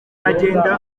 agenda